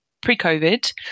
pre-COVID